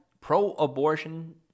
pro-abortion